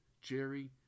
Jerry